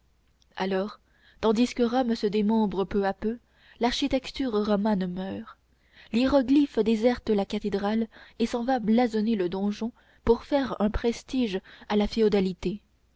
alors tandis que rome se démembre peu à peu l'architecture romane meurt l'hiéroglyphe déserte la cathédrale et s'en va blasonner le donjon pour faire un prestige à la féodalité